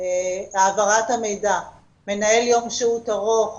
'העברת המידע, מנהל יום שהות ארוך